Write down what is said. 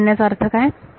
ह्या म्हणण्याचा अर्थ काय